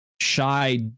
shy